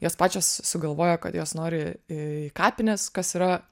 jos pačios sugalvojo kad jos nori į kapines kas yra